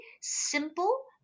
simple